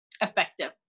effective